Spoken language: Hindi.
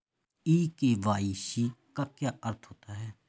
ई के.वाई.सी का क्या अर्थ होता है?